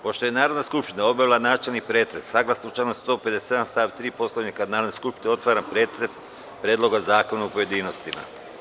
Pošto je Narodna skupština obavila načelni pretres, saglasno članu 157. stav 3. Poslovnika Narodne skupštine, otvaram pretres Predloga zakona u pojedinostima.